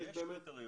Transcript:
יש קריטריון.